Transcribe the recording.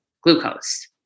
glucose